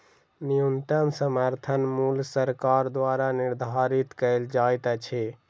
न्यूनतम समर्थन मूल्य सरकार द्वारा निधारित कयल जाइत अछि